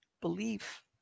belief